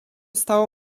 stało